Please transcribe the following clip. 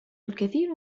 الكثير